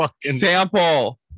sample